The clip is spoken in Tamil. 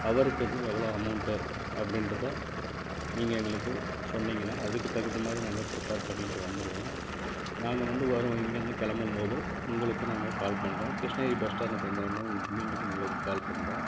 அவருக்கு வந்து எவ்வளோ அமௌன்ட்டு அப்படின்றத நீங்கள் எங்களுக்கு சொன்னிங்கன்னால் அதுக்கு தகுந்த மாதிரி நாங்கள் பிரிப்பர் பண்ணிக்கிட்டு வந்துடுவோம் நாங்கள் வந்து வரோம் இங்கே இருந்து கிளப்பும் போது உங்களுக்கு நாங்கள் கால் பண்ணுறோம் கிருஷ்ணகிரி பஸ் ஸ்டாண்டுக்கு வந்தோவுனே மீண்டும் உங்களுக்கு கால் பண்ணுறோம்